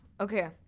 Okay